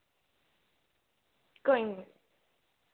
कोई नि